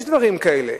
יש דברים כאלה.